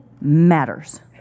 matters